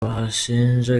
abashinja